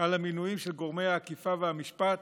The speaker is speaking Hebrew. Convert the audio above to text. על המינויים של גורמי האכיפה והמשפט,